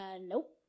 Nope